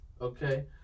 okay